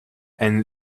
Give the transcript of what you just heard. and